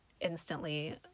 instantly